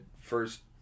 first